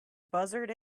buzzard